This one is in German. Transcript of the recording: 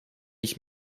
ich